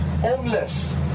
homeless